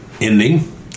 ending